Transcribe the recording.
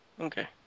Okay